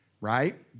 right